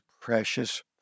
precious